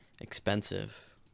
expensive